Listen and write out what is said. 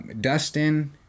Dustin